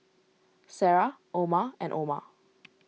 Sarah Omar and Omar